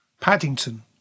Paddington